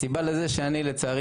הסיבה לזה שאני לצערי